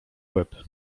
łeb